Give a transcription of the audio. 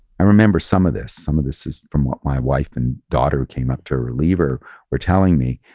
i remember some of this. some of this is from what my wife and daughter came up to reliever were telling me,